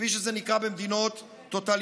כפי שזה נקרא במדינות טוטליטריות.